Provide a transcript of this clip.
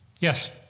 Yes